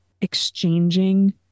exchanging